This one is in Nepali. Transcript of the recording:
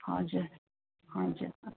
हजुर हजुर